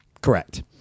Correct